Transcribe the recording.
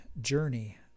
journey